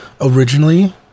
originally